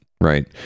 right